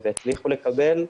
והצליחו לקבל.